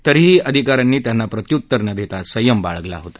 तरीही अधिकाऱ्यानी त्यांना प्रत्युत्तर न देता संयम बाळगला होता